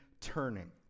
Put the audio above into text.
turning